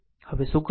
હવે શું કરવું